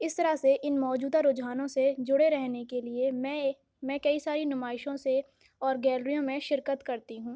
اس طرح سے ان موجودہ رجحانوں سے جڑے رہنے کے لیے میں میں کئی ساری نمائشوں سے اور گیلریوں میں شرکت کرتی ہوں